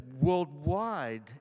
worldwide